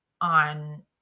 on